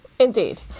Indeed